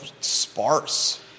sparse